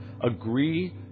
agree